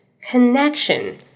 Connection